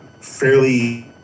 fairly